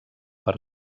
per